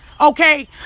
Okay